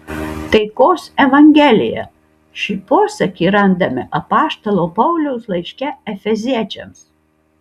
taikos evangelija šį posakį randame apaštalo pauliaus laiške efeziečiams